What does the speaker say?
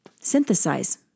synthesize